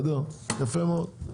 יפה מאוד.